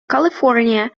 california